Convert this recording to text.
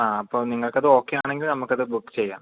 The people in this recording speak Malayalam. ആ അപ്പൊൾ നിങ്ങൾക്കത് ഒക്കെയാണെങ്കിൽ നമുക്കത് ബുക്ക് ചെയ്യാം